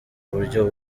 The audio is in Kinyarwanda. buryo